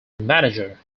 manager